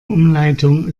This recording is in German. umleitung